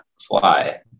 fly